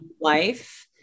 life